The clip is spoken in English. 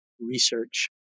research